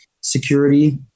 security